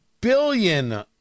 billion